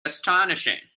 astonishing